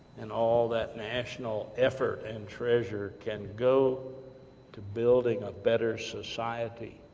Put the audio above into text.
and all that national effort, and treasure, can go to building a better society.